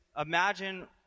imagine